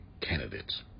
candidates